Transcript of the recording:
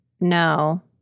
No